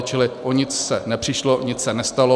Čili o nic se nepřišlo, nic se nestalo.